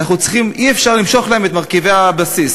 אי-אפשר למשוך להם את מרכיבי הבסיס.